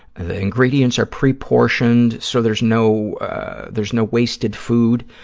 the ingredients are pre-portioned so there's no there's no wasted food.